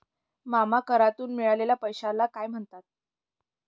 मामा करातून मिळालेल्या पैशाला काय म्हणतात?